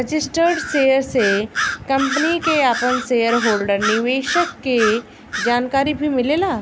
registered share से company के आपन शेयर होल्डर निवेशक के जानकारी भी मिलेला